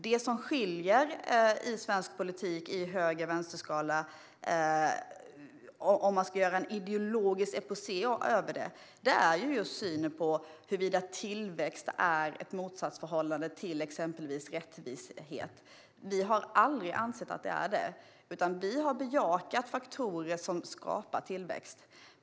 Det som skiljer i svensk politik i höger-vänster-skalan, om man ska göra en ideologisk exposé över det här, är synen på huruvida tillväxt står i ett motsatsförhållande till exempelvis rättvisa. Vi har aldrig ansett att det gör det utan har bejakat faktorer som skapar tillväxt.